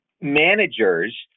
managers